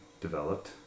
developed